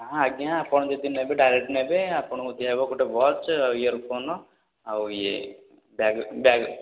ହଁ ଆଜ୍ଞା ଆପଣ ଯଦି ନେବେ ଡାଇରେକ୍ଟ ନେବେ ଆପଣଙ୍କୁ ଦିଆହେବ ଗୋଟେ ୱାଚ୍ ଇୟରଫୋନ୍ ଆଉ ଇଏ ବ୍ୟାଗ୍ ବ୍ୟାଗ୍